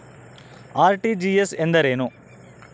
RTGS ಎಂದರೇನು?